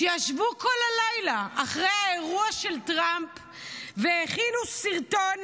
שישבו כל הלילה אחרי האירוע של טראמפ והכינו סרטון